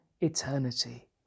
eternity